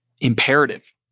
imperative